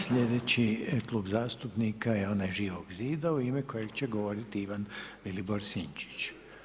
Sljedeći Klub zastupnika je onaj Živog zida u ime kojeg će govoriti Ivan Vilibor Sinčić.